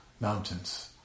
Mountains